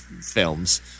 films